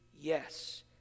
yes